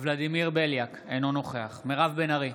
ולדימיר בליאק, אינו נוכח מירב בן ארי,